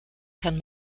kann